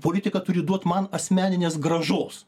politika turi duot man asmeninės grąžos